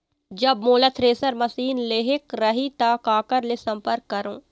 जब मोला thresher machine लेहेक रही ता काकर ले संपर्क करों?